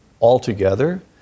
altogether